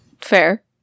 Fair